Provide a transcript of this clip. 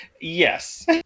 yes